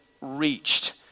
reached